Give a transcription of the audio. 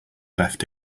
left